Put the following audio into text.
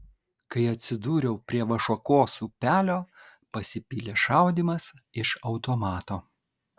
kai atsidūriau prie vašuokos upelio pasipylė šaudymas iš automato